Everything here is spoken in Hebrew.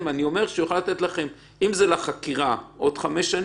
אם אני מחיל את החוק עכשיו,